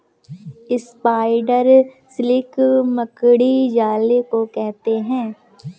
spider silk मकड़ी जाले को कहते हैं